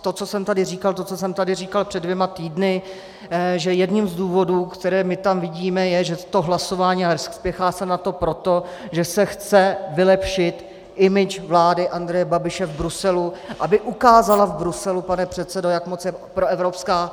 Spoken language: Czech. To, co jsem tady říkal, to, co jsem tady říkal před dvěma týdny, že jedním z důvodů, které my tam vidíme, je, že to hlasování, a spěchá se na to proto, že se chce vylepšit image vlády Andreje Babiše v Bruselu, aby ukázala v Bruselu, pane předsedo, jak moc je proevropská.